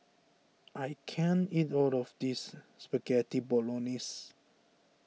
I can't eat all of this Spaghetti Bolognese